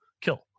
kill